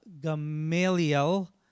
Gamaliel